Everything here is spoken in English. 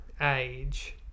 age